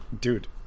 dude